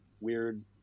weird